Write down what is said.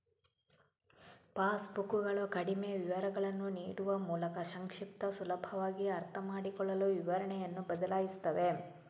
pass ಬುಕ್ಕುಗಳು ಕಡಿಮೆ ವಿವರಗಳನ್ನು ನೀಡುವ ಮೂಲಕ ಸಂಕ್ಷಿಪ್ತ, ಸುಲಭವಾಗಿ ಅರ್ಥಮಾಡಿಕೊಳ್ಳಲು ವಿವರಣೆಯನ್ನು ಬದಲಾಯಿಸುತ್ತವೆ